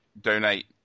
donate